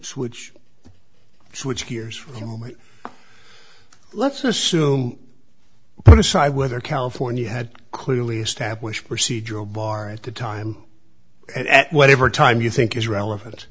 switch switch gears for a moment let's assume put aside whether california had clearly established procedural bar at the time and at whatever time you think is relevant